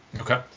Okay